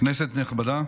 כנסת נכבדה,